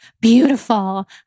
beautiful